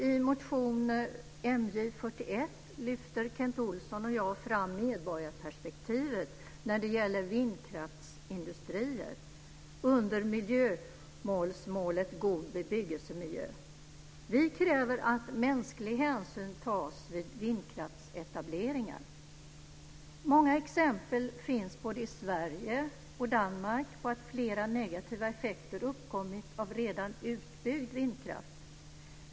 I motion MJ41 lyfter Kent Olsson och jag fram medborgarperspektivet när det gäller vindkraftsindustrier under miljömålsmålet God bebyggelsemiljö. Vi kräver att mänsklig hänsyn tas vid vindkraftsetableringar. Många exempel finns både i Sverige och Danmark på att flera negativa effekter uppkommit av redan utbyggd vindkraft.